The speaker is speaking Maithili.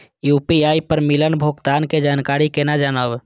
यू.पी.आई पर मिलल भुगतान के जानकारी केना जानब?